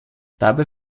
dabei